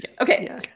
Okay